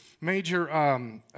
major